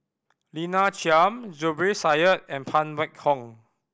Lina Chiam Zubir Said and Phan Wait Hong